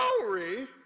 glory